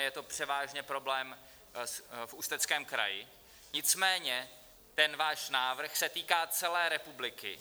Je to převážně problém v Ústeckém kraji, nicméně ten váš návrh se týká celé republiky.